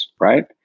right